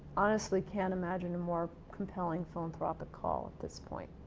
honestly, cannot imagine a more compelling philanthropic call at this point.